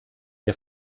der